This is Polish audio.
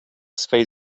swej